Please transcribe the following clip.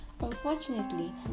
Unfortunately